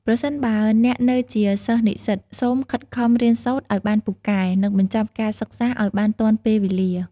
ប្រសិនបើអ្នកនៅជាសិស្សនិស្សិត សូមខិតខំ រៀនសូត្រឲ្យបានពូកែ និង បញ្ចប់ការសិក្សាឲ្យបានទាន់ពេលវេលា។